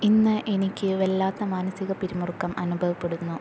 ഇന്ന് എനിക്ക് വല്ലാത്ത മാനസിക പിരിമുറുക്കം അനുഭവപ്പെടുന്നു